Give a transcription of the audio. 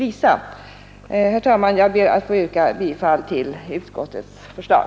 Herr talman! Jag ber att få yrka bifall till utskottets förslag.